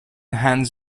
hands